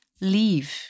leave